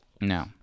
No